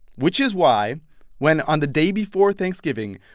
which is why when on the day before thanksgiving,